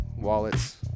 wallets